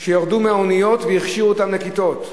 שירדו מהאוניות והכשירו אותם לכיתות,